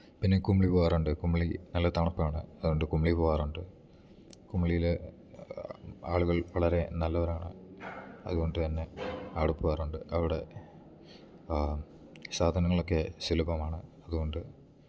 പിന്നെ കുമളി പോവാറുണ്ട് കുമളി നല്ല തണുപ്പാണ് അതുകൊണ്ട് കുമളി പോവാറുണ്ട് കുമളിയിൽ ആളുകൾ വളരെ നല്ലവരാണ് അതുകൊണ്ട് തന്നെ അവിടെ പോവാറുണ്ട് അവിടെ സാധനങ്ങളൊക്കെ സുലഭമാണ് അതുകൊണ്ട്